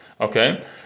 Okay